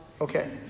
okay